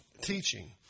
teaching